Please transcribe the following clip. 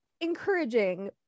encouraging